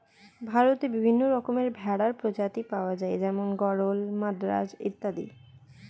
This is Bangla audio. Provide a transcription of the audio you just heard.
ভারতে বিভিন্ন রকমের ভেড়ার প্রজাতি পাওয়া যায় যেমন গরল, মাদ্রাজ অত্যাদি